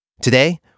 Today